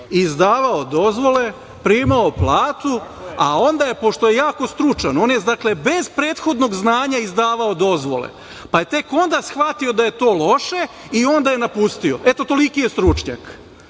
izdavao dozvole, primao platu, a onda, pošto je jako stručan, bez prethodnog znanja izdavao dozvole, pa je tek onda shvatio da je to loše i onda je napustio. Eto, toliki je stručnjak.Za